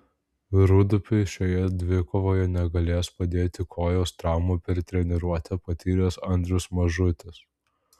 rūdupiui šioje dvikovoje negalės padėti kojos traumą per treniruotę patyręs andrius mažutis